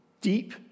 deep